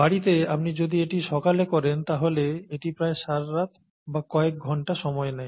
বাড়িতে আপনি যদি এটি সকালে করেন তাহলে এটি প্রায় সারারাত বা কয়েক ঘণ্টা সময় নেয়